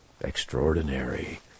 extraordinary